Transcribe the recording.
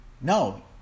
No